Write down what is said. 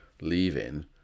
leaving